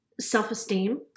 self-esteem